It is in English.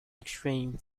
extreme